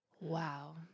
wow